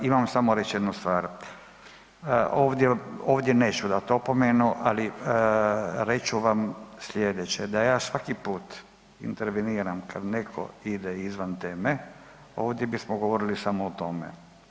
Imam samo reć jedu stvar, ovdje, ovdje neću dat opomenu, ali reću vam slijedeće da ja svaki put interveniram kad neko ide izvan teme, ovdje bismo govorili samo o tome.